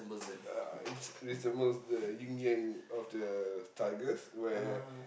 uh it's it's the most the ying-yang of the tigers where